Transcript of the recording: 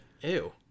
Ew